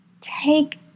take